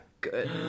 Good